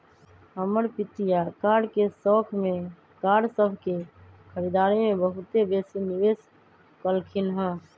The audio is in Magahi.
हमर पितिया कार के शौख में कार सभ के खरीदारी में बहुते बेशी निवेश कलखिंन्ह